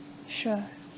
sure